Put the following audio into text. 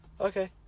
okay